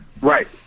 right